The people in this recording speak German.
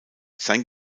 sein